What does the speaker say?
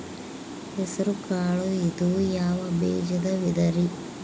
ಹೆಸರುಕಾಳು ಇದು ಯಾವ ಬೇಜದ ವಿಧರಿ?